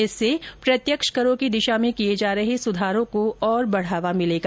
इससे प्रत्यक्ष करों की दिशा में किये जा रहे सुधारों को और बढावा मिलेगा